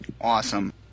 Awesome